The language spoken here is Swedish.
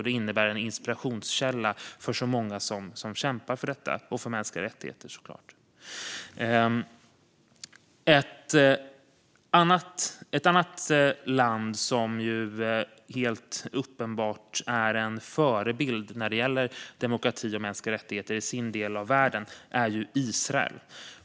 Det innebär en inspirationskälla för så många som kämpar för detta och så klart mänskliga rättigheter. Ett annat land som helt uppenbart är en förebild när det gäller demokrati och mänskliga rättigheter i sin del av världen är Israel.